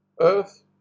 earth